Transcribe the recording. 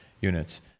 units